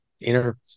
inner